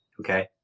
okay